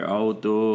auto